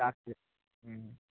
রাখছি হুম